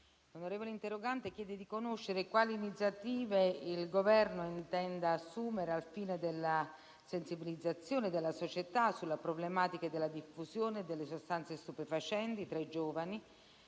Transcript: l'onorevole interrogante chiede di conoscere quali iniziative il Governo intenda assumere al fine della sensibilizzazione della società sulla problematica della diffusione delle sostanze stupefacenti tra i giovani